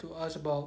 to ask about